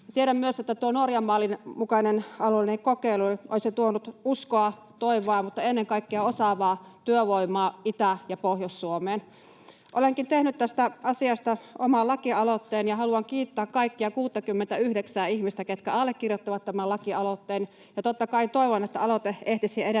Tiedän myös, että tuo Norjan mallin mukainen alueellinen kokeilu olisi tuonut uskoa ja toivoa mutta ennen kaikkea osaavaa työvoimaa Itä- ja Pohjois-Suomeen. Olenkin tehnyt tästä asiasta oman lakialoitteen ja haluan kiittää kaikkia 69:ää ihmistä, ketkä allekirjoittivat tämän lakialoitteen, ja totta kai toivon, että aloite ehtisi edetä